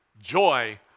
joy